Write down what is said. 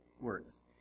works